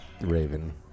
Raven